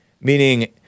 meaning